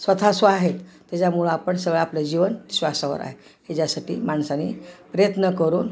स्वतः स्व आहे त्याच्यामुळं आपण सगळं आपलं जीवन श्वासावर आहे ह्याच्यासाठी माणसानी प्रयत्न करून